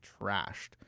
trashed